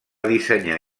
dissenyar